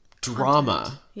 drama